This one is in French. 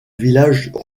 village